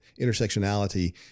intersectionality